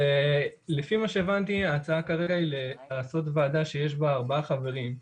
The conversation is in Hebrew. לפי מה שהבנתי ההצעה כרגע היא לעשות ועדה שיש בה ארבעה חברים.